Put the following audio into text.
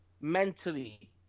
mentally